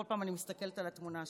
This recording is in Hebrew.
כל פעם אני מסתכלת על התמונה שלו.